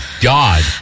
god